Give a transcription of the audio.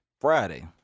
Friday